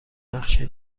نقشه